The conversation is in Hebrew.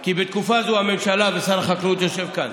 כי בתקופה זו הממשלה, ושר החקלאות יושב כאן,